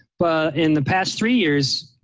but in the past three years